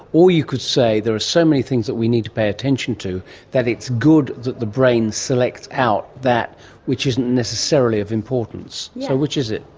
or you could say there are so many things that we need to pay attention to that it's good that the brain selects out that which isn't necessarily of importance. so which is it?